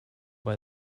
bei